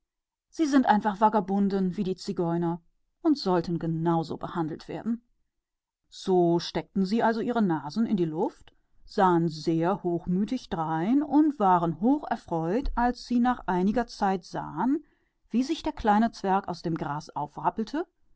sie sind die reinen vagabunden wie die zigeuner und man sollte sie danach behandeln so hoben sie ihre nasen in die luft und sahen sehr hochmütig drein und waren sehr froh als sie nach einiger zeit sahen wie der kleine zwerg sich vom gras